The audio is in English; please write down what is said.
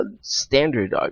standard